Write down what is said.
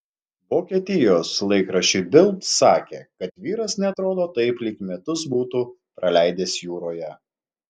vokietijos laikraščiui bild sakė kad vyras neatrodo taip lyg metus būtų praleidęs jūroje